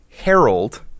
Harold